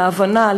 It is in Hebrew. להבנה,